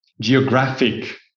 geographic